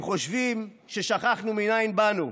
הם חושבים ששכחנו מאין באנו.